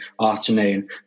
afternoon